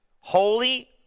Holy